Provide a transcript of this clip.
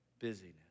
busyness